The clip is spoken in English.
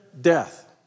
death